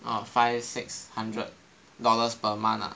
orh five six hundred dollars per month ah